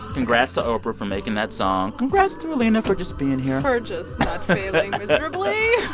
congrats to oprah for making that song. congrats to alina for just being here for just not failing miserably